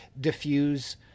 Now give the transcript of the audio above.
diffuse